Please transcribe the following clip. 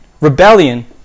rebellion